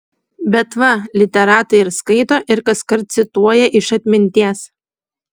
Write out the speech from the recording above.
bet va literatai ir skaito ir kaskart cituoja iš atminties